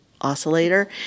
oscillator